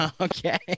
Okay